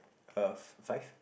uh five